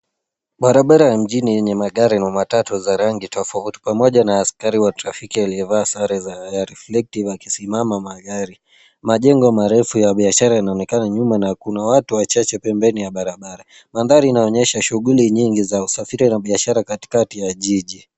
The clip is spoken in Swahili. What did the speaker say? Barabara ya mjini yenye magari na matatu za rangi tofauti pamoja na askari wa trafiki aliyevaa sare ya reflective akisimama magari. Majengo marefu ya biashara inaonekana nyuma na kuna watu wachache pembeni ya barabara. Mandhari inaonyesha shughuli nyingi za usafiri na biashara katikati ya jiji.